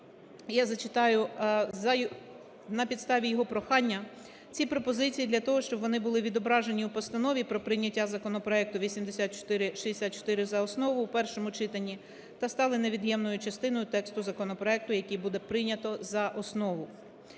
я зачитаю на підставі його прохання ці пропозиції для того, щоб вони були відображені у Постанові про прийняття законопроекту 8464 за основу у першому читанні, та стали невід'ємною частиною тексту законопроекту, який буде прийнято за основу.